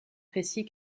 précis